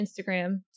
Instagram